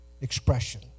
expression